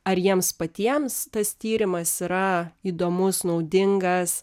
ar jiems patiems tas tyrimas yra įdomus naudingas